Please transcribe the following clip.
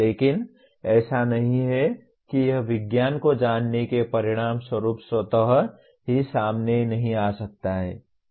लेकिन ऐसा नहीं है कि यह विज्ञान को जानने के परिणामस्वरूप स्वतः ही सामने नहीं आ सकता है